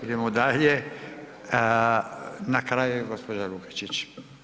Idemo dalje, na kraju je gospođa Lukačić.